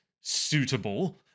suitable